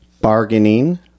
bargaining